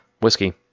whiskey